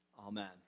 Amen